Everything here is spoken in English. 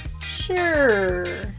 Sure